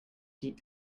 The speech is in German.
sie